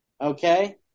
Okay